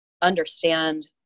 understand